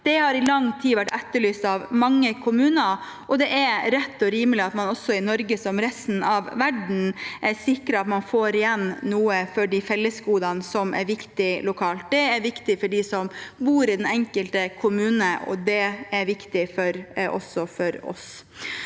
Det har i lang tid vært etterlyst av mange kommuner, og det er rett og rimelig at man også i Norge, som i resten av verden, sikrer at man får igjen noe for de fellesgodene som er viktige lokalt. Det er viktig for dem som bor i den enkelte kommunen, og det er viktig for oss.